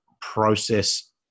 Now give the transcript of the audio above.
process